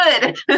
good